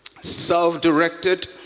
Self-directed